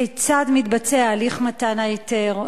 כיצד מתבצע הליך מתן ההיתר?